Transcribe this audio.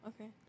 okay